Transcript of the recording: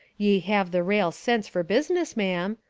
ye have the rale sense for business, ma'am.